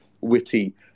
witty